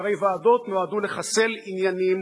שהרי ועדות נועדו לחסל עניינים